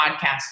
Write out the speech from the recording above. podcast